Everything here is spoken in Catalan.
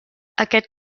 aquest